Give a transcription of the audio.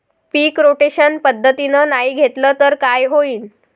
पीक rotation पद्धतीनं नाही घेतलं तर काय होईन?